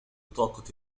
بطاقة